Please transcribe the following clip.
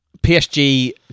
PSG